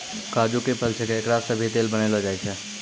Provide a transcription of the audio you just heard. काजू के फल छैके एकरा सॅ भी तेल बनैलो जाय छै